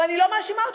ואני לא מאשימה אותך,